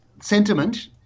sentiment